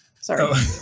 sorry